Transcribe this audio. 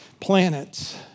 planets